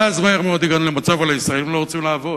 ואז מהר מאוד הגענו למצב שהישראלים לא רוצים לעבוד.